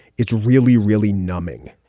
it's really, really numbing